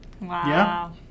Wow